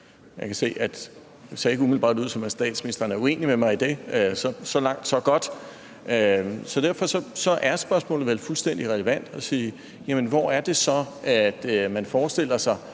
ser ud, som om statsministeren er uenig med mig i det. Så langt, så godt. Derfor er spørgsmålet vel fuldstændig relevant. Hvad er det for et katalog